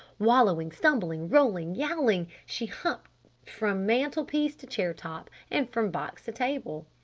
wallowing stumbling rolling yowling she humped from mantle-piece to chair-top and from box to table.